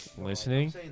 listening